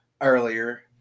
earlier